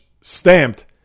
Stamped